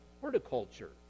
horticulture